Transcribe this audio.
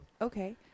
Okay